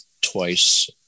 twice